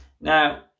Now